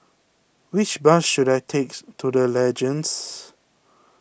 which bus should I takes to the Legends